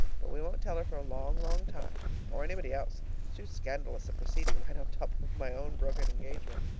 but we won't tell her for a long, long time or anybody else. it's too scandalous a proceeding right on top of my own broken engagement.